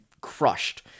crushed